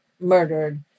murdered